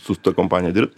su ta kompanija dirbt